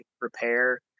repair